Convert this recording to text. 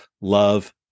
love